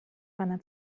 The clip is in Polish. pana